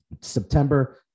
September